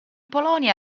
polonia